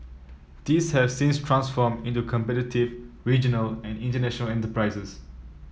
these have since transformed into competitive regional and international enterprises